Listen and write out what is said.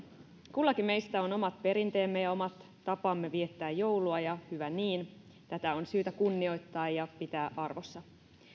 kullakin meistä on omat perinteemme ja omat tapamme viettää joulua ja hyvä niin tätä on syytä kunnioittaa ja pitää arvossa